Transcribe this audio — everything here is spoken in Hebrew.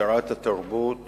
שרת התרבות